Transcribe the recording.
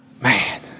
Man